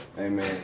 Amen